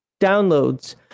downloads